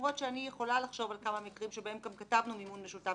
למרות שאני יכולה לחשוב על כמה מקרים שבהם גם כתבנו מימון משותף